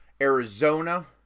Arizona